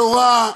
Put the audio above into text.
בשומרי התורה,